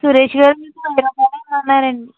సురేష్ గారు మీకు వెయ్యి రూపాయలు ఇవ్వమన్నారు అండి